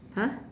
!huh!